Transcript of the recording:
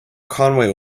conway